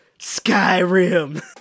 Skyrim